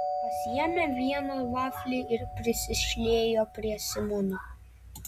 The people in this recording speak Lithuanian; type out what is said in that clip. pasiėmė vieną vaflį ir prisišliejo prie simono